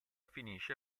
finisce